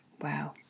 wow